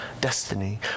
destiny